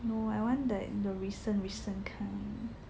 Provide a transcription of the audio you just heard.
no I want that the recent recent kind